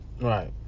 Right